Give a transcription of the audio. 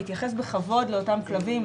להתייחס בכבוד לאותם כלבים,